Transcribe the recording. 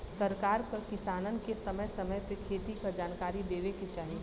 सरकार क किसानन के समय समय पे खेती क जनकारी देवे के चाही